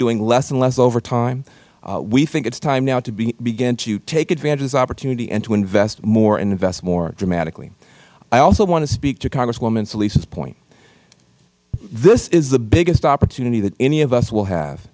doing less and less over time we think it is time now to begin to take advantage of this opportunity and to invest more and invest more dramatically i also want to speak to congresswoman solis point this is the biggest opportunity that any of us will have